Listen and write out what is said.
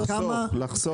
לחסוך, לחסוך.